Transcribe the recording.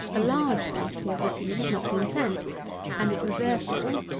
a large quantity of the seed had not been sent and it was therefore,